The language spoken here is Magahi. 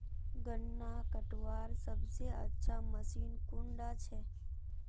गन्ना कटवार सबसे अच्छा मशीन कुन डा छे?